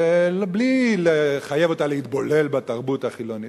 ובלי לחייב אותו להתבולל בתרבות החילונית,